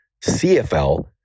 CFL